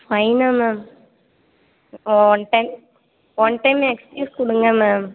ஃபைனா ma'am one time one time excuse கொடுங்க ma'am